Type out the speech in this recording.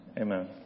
Amen